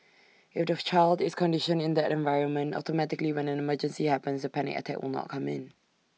if the of child is conditioned in that environment automatically when an emergency happens the panic attack will not come in